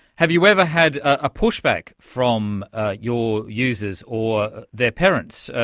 have you ever had a pushback from your users or their parents,